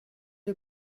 you